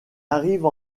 arrive